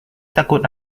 takut